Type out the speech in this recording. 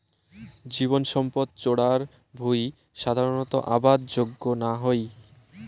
জীবসম্পদ চরার ভুঁই সাধারণত আবাদ যোগ্য না হই